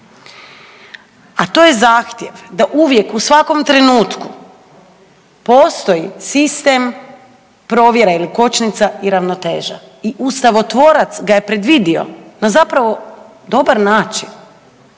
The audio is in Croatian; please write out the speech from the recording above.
a to je zahtjev da uvijek u svakom trenutku postoji sistem provjera ili kočnica i ravnoteža i ustavotvorac ga je predvidio na zapravo dobar način,